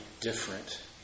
different